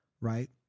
right